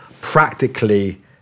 practically